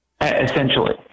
essentially